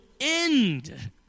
end